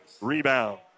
rebound